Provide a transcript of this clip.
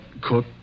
cook